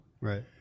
right